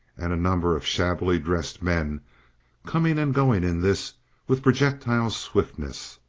and a number of shabbily dressed men coming and going in this with projectile swiftness,